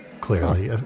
clearly